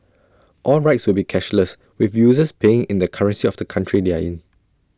all rides will be cashless with users paying in the currency of the country they are in